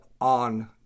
on